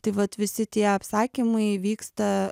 taip vat visi tie apsakymai vyksta